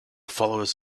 followers